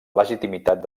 legitimitat